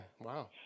wow